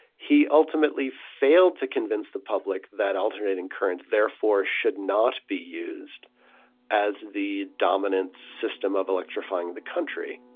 he ultimately failed to convince the public that alternating current therefore should not be used as the dominant system of electrifying the country.